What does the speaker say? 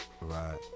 Right